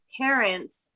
parents